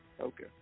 Okay